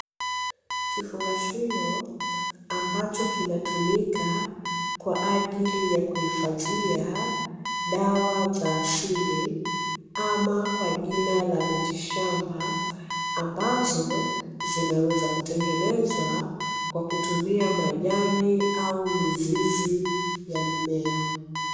Kifungashio ambacho kinatumika kwa ajili ya kuhifadhia dawa za asili, ama kwa jina la mitishamba. Ambazo zinaweza kutengenezwa ka kutumia majani au mizizi ya mimea.